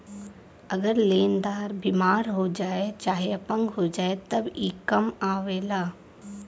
अगर लेन्दार बिमार हो जाए चाहे अपंग हो जाए तब ई कां आवेला